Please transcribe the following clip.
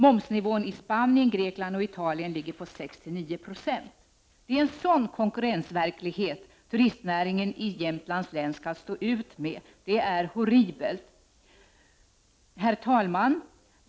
Momsnivån i Spanien, Grekland och Italien ligger på 6-9 96. Det är en sådan konkurrensverklighet turistnäringen i Jämtlands län skall stå ut med. Det är horribelt! Herr talman!